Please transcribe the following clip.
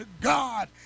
God